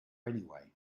anyway